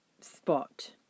spot